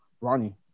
Ronnie